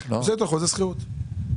לא נתקבלה ההסתייגות לא התקבלה.